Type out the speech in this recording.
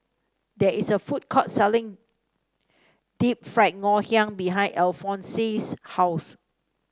there is a food court selling Deep Fried Ngoh Hiang behind Alfonse's house